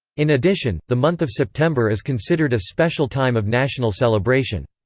in addition, the month of september is considered a special time of national celebration.